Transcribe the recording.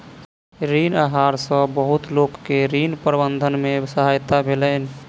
ऋण आहार सॅ बहुत लोक के ऋण प्रबंधन में सहायता भेलैन